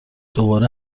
دوباره